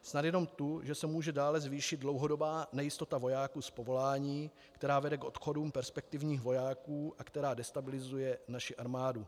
Snad jenom tu, že se může dále zvýšit dlouhodobá nejistota vojáků z povolání, která vede k odchodům perspektivních vojáků, která destabilizuje naši armádu.